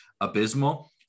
abysmal